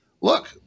Look